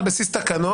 על בסיס תקנות.